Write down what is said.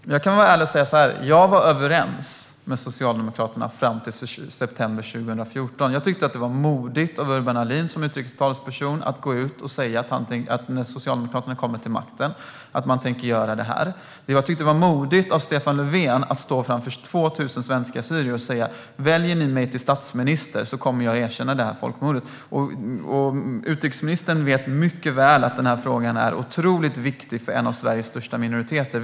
Herr talman! Jag kan ärligt säga att jag var överens med Socialdemokraterna fram till september 2014. Jag tyckte att det var modigt av Urban Ahlin att som utrikestalesperson gå ut och säga att Socialdemokraterna tänkte göra detta när man kom till makten. Jag tyckte att det var modigt av Stefan Löfven att stå framför 2 000 svensk-assyrier och säga: Väljer ni mig till statsminister kommer jag att erkänna detta folkmord. Utrikesministern vet mycket väl att denna fråga är otroligt viktig för en av Sveriges största minoriteter.